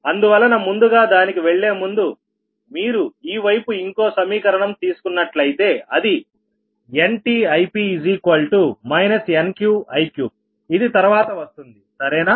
అందువలన ముందుగా దానికి వెళ్లేముందు మీరు ఈ వైపు ఇంకో సమీకరణం తీసుకున్నట్లయితే అది NtIp NqIqఇది తర్వాత వస్తుంది సరేనా